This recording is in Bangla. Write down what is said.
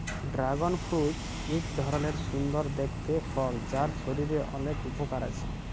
ড্রাগন ফ্রুইট এক ধরলের সুন্দর দেখতে ফল যার শরীরের অলেক উপকার আছে